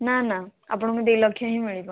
ନା ନା ଆପଣଙ୍କୁ ଦୁଇ ଲକ୍ଷ ହିଁ ମିଳିବ